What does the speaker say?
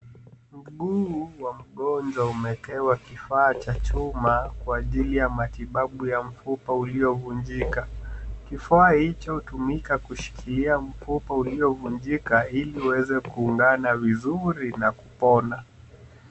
Mguu wa mgonjwa umeekewa kifaa cha chuma kwa ajili ya matibabu ya mfupa uliovunjika. Kifaa hicho hutumika kushikilia mfupa uliovunjika ili uweze kuungana vizuri na kupona.